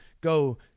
go